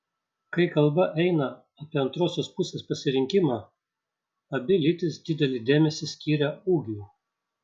kai kalba eina apie antrosios pusės pasirinkimą abi lytys didelį dėmesį skiria ūgiui